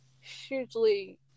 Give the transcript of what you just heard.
hugely